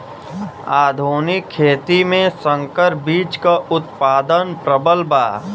आधुनिक खेती में संकर बीज क उतपादन प्रबल बा